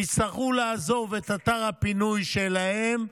הם יצטרכו לעזוב את אתר הפינוי שלהם,